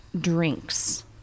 drinks